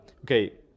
Okay